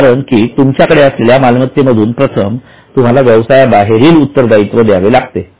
कारण की तुमच्याकडे असलेल्या मालमत्ते मधून प्रथम तुम्हाला व्यवसायाबाहेरील उत्तरदायित्व द्यावे लागते